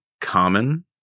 common